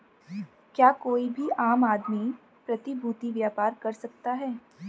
क्या कोई भी आम आदमी प्रतिभूती व्यापार कर सकता है?